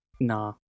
nah